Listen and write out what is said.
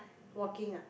walking ah